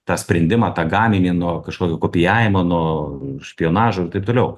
tą sprendimą tą gaminį nuo kažkokio kopijavimo nuo špionažo ir taip toliau